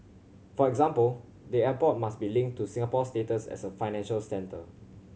for example the airport must be linked to Singapore's status as a financial centre